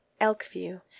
Elkview